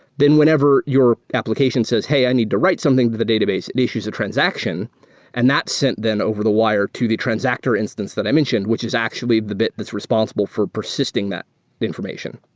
then whenever your application says, hey, i need to write something to the database. it issues a transaction and that's sent then over the wire to the transactor instance that i mentioned, which is actually the bit that's responsible for persisting that information.